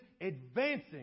advancing